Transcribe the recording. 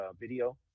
video